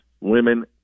women